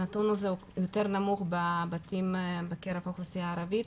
הנתון הזה הוא יותר נמוך בקרב האוכלוסייה הערבית,